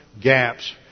gaps